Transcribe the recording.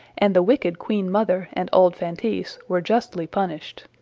and the wicked queen-mother and old feintise were justly punished.